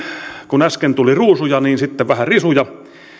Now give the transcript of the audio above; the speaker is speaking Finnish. kun äsken tuli ruusuja niin sitten vähän risuja